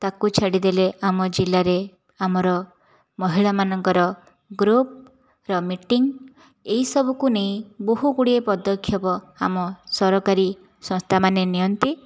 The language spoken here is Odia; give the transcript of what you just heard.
ତାକୁ ଛାଡ଼ିଦେଲେ ଆମ ଜିଲ୍ଲାରେ ଆମର ମହିଳା ମାନଙ୍କର ଗ୍ରୁପ୍ର ମିଟିଂ ଏହିସବୁକୁ ନେଇ ବହୁଗୁଡ଼ିଏ ପଦକ୍ଷେପ ଆମ ସରକାରୀ ସଂସ୍ଥାମାନେ ନିଅନ୍ତି